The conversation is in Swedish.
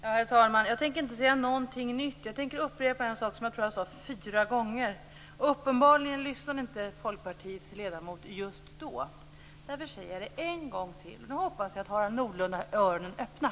Herr talman! Jag tänker inte säga någonting nytt. Jag tänker upprepa en sak som jag sade fyra gånger. Uppenbarligen lyssnade inte Folkpartiets ledamot just då. Därför säger jag det en gång till, och då hoppas jag att Harald Nordlund har öronen öppna.